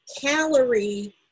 calorie